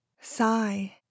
sigh